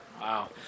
Wow